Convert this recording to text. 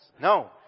No